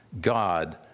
God